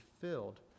filled